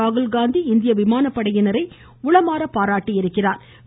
ராகுல்காந்தி இந்திய விமானப்படையினரை உளமாற பாராட்டியுள்ளா்